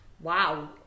Wow